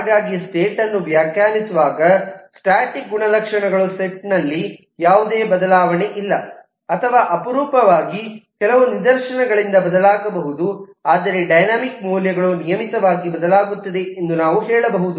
ಹಾಗಾಗಿ ಸ್ಟೇಟ್ ಅನ್ನು ವ್ಯಾಖ್ಯಾನಿಸುವಾಗ ಸ್ಟೇಟಿಕ್ ಗುಣಲಕ್ಷಣಗಳ ಸೆಟ್ ನಲ್ಲಿ ಯಾವುದೇ ಬದಲಾವಣೆ ಇಲ್ಲ ಅಥವಾ ಅಪರೂಪವಾಗಿ ಕೆಲವು ನಿದರ್ಶನಗಳಿಂದ ಬದಲಾಗಬಹುದು ಆದರೆ ಡೈನಾಮಿಕ್ ಮೌಲ್ಯಗಳು ನಿಯಮಿತವಾಗಿ ಬದಲಾಗುತ್ತದೆ ಎಂದು ನಾವು ಹೇಳಬಹುದು